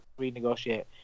renegotiate